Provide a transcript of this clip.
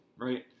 right